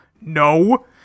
no